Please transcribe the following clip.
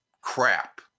crap